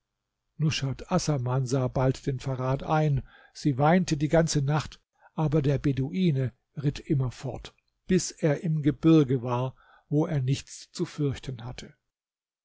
sah bald den verrat ein sie weinte die ganze nacht aber der beduine ritt immer fort bis er im gebirge war wo er nichts zu fürchten hatte